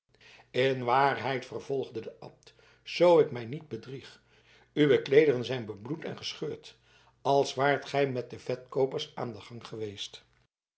in waarheid vervolgde de abt zoo ik mij niet bedrieg uw kleederen zijn bebloed en gescheurd als waart gij met de vetkoopers aan den gang geweest